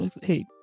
hey